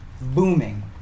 booming